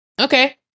okay